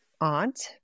aunt